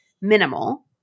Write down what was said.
minimal